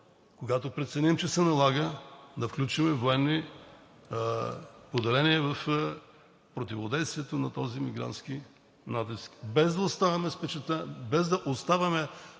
когато преценим, че се налага, да включим военни поделения в противодействието на този мигрантски набез, без да оставаме впечатление както